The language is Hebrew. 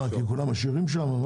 כי כולם עשירים שם?